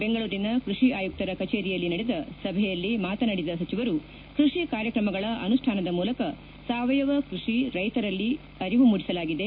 ಬೆಂಗಳೂರಿನ ಕೃಷಿ ಆಯುಕ್ತರ ಕಚೇರಿಯಲ್ಲಿ ನಡೆದ ಸಭೆಯಲ್ಲಿ ಮಾತನಾಡಿದ ಸಚಿವರು ಕೃಷಿ ಕಾರ್ಯಕ್ರಮಗಳ ಅನುಷ್ಠಾನದ ಮೂಲಕ ಸಾವಯವ ಕೃಷಿ ರೈತರಲ್ಲಿ ಅರಿವು ಮೂಡಿಸಲಾಗಿದೆ